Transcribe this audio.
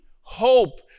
hope